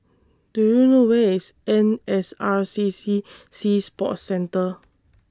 Do YOU know Where IS N S R C C Sea Sports Centre